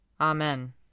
Amen